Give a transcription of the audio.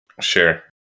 Sure